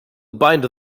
bind